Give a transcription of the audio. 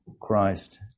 Christ